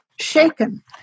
shaken